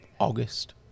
August